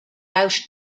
out